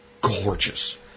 gorgeous